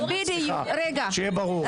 סליחה שיהיה ברור.